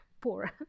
Poor